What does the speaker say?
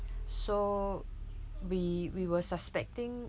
so we we were suspecting